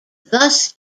thus